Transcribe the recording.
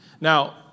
Now